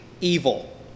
evil